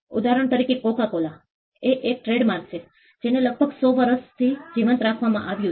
ઉદાહરણ તરીકે Coca Cola એ એક ટ્રેડમાર્ક છે જેને લગભગ 100 વર્ષથી જીવંત રાખવામાં આવ્યો છે